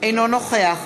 אינו נוכח